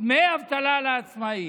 דמי אבטלה לעצמאים.